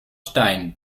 stein